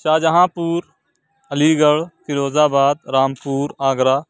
شاہجہاں پور Aligarh Firozabad Rampur Agra